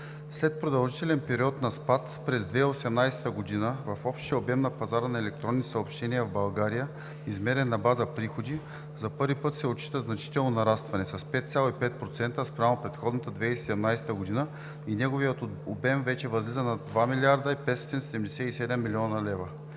След продължителен период на спад през 2018 г. в общия обем на пазара на електронни съобщения в България, измерен на база приходи, за първи път се отчита значително нарастване с 5,5% спрямо предходната 2017 г. и неговият обем вече възлиза на над 2 млрд. 577 млн. лв.